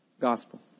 gospel